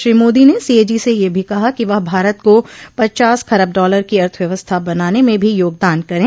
श्री मोदी ने सीएजी से यह भी कहा कि वह भारत को पचास खरब डॉलर की अर्थव्यवस्था बनाने में भी योगदान करें